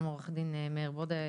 גם מעו"ד מאיר ברודר,